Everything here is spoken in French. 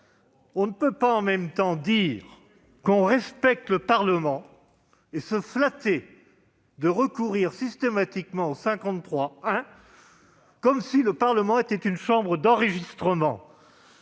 on ne peut pas en même temps dire qu'on respecte le Parlement et se flatter de recourir systématiquement à l'article 50-1 de la Constitution, comme si le Parlement était une chambre d'enregistrement,